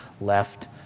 left